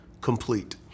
complete